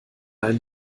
einen